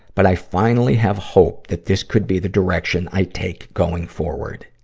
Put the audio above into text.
but i finally have hope that this could be the direction i take going forward.